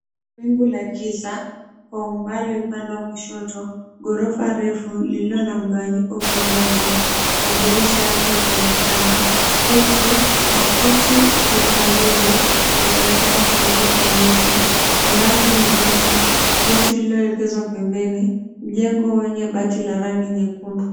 Wingu la giza, kwa umbali upande wa kushoto. Ghorofa refu lililo na mgawanyiko upande wa ndani. Madirisha yake yakionekana, huku makuti kwa ukaribu yakionekana kufungiwa kwa miche, mnazi mrefu, boti lililo elekezwa pembeni, mjengo wenye bati la rangi nyekundu.